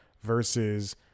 versus